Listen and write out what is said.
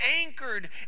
anchored